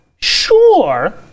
sure